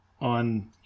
on